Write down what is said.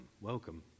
welcome